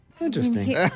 Interesting